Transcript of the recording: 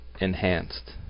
enhanced